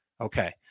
Okay